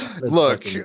Look